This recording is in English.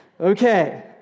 Okay